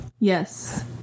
Yes